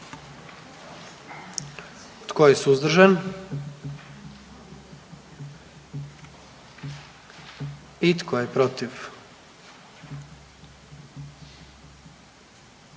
Tko je suzdržan? I tko je protiv?